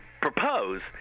propose